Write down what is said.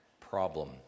problem